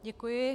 Děkuji.